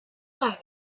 will